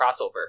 crossover